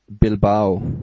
Bilbao